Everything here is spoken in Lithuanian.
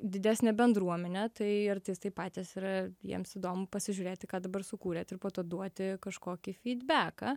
didesnė bendruomenė tai artistai patys yra jiems įdomu pasižiūrėti ką dabar sukūrėt ir po to duoti kažkokį fydbeką